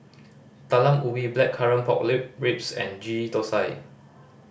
Talam Ubi blackcurrant pork ribs and Ghee Thosai